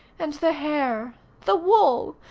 and the hair the wool!